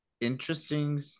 interesting